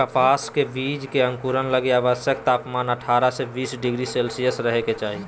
कपास के बीज के अंकुरण लगी आवश्यक तापमान अठारह से बीस डिग्री सेल्शियस रहे के चाही